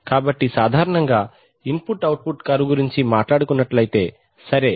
కాబట్టి సాధారణంగా input output curve గురించి మాట్లాడుకున్నట్లైతే సరే